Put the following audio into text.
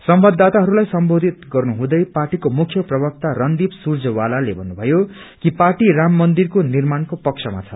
संवाददाताहरूलाई सम्बाधित गर्नु हुँदै पाटीको मुख्य प्रवक्ता रणदीप सुरजेवालले भन्नुभयो कि पार्टी राम मन्दिरको निर्माणको पक्षमा छ